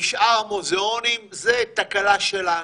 משאר המוזיאונים, זו תקלה שלנו.